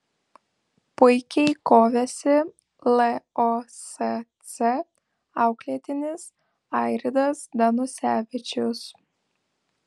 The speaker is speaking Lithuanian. puikiai kovėsi losc auklėtinis airidas danusevičius